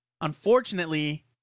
Unfortunately